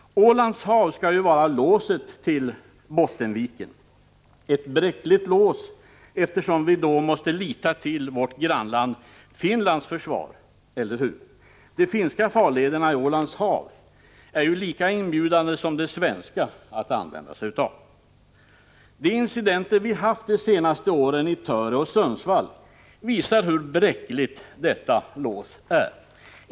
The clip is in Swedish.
Ålands hav skall ju vara låset till Bottenviken. Det är ett bräckligt lås, eftersom vi då måste lita till vårt grannland Finlands försvar — eller hur? De finska farlederna i Ålands hav är ju lika inbjudande som de svenska att använda sig av. De incidenter vi haft de senaste åren i Töre och Sundsvall visar hur bräckligt detta lås är.